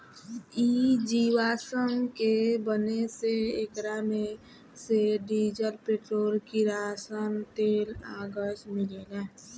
इ जीवाश्म के बने से एकरा मे से डीजल, पेट्रोल, किरासन तेल आ गैस मिलेला